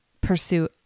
pursue